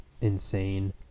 insane